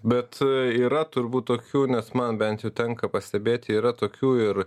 bet yra turbūt tokių nes man bent jau tenka pastebėti yra tokių ir